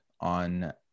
on